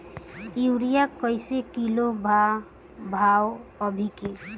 Urea कइसे kilo बा भाव अभी के?